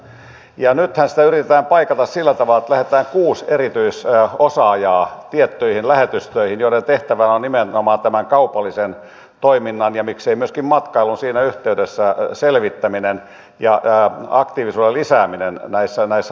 nythän sitä yritetään paikata sillä tavalla että lähetetään tiettyihin lähetystöihin kuusi erityisosaajaa joiden tehtävänä on nimenomaan tämän kaupallisen toiminnan ja miksei myöskin matkailun siinä yhteydessä selvittäminen ja aktiivisuuden lisääminen näissä lähetystöissä